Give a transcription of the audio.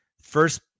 first